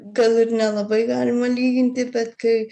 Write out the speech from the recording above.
gal ir nelabai galima lyginti bet kai